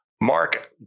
Mark